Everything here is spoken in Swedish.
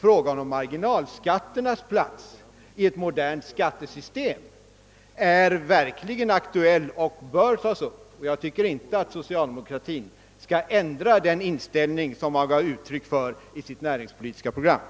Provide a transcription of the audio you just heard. Frågan om marginalskatternas plats i ett modernt skattesystem är verkligen aktuell och bör tas upp, och jag tycker inte att socialdemokratin skall ändra den inställning som uttryckts i det näringspolitiska programmet.